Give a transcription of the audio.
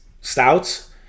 stouts